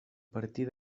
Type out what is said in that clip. partir